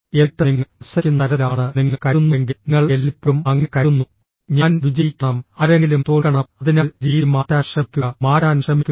എന്നിട്ട് നിങ്ങൾ മത്സരിക്കുന്ന തരത്തിലാണെന്ന് നിങ്ങൾ കരുതുന്നുവെങ്കിൽ നിങ്ങൾ എല്ലായ്പ്പോഴും അങ്ങനെ കരുതുന്നു ഞാൻ വിജയിക്കണം ആരെങ്കിലും തോൽക്കണം അതിനാൽ രീതി മാറ്റാൻ ശ്രമിക്കുക മാറ്റാൻ ശ്രമിക്കുക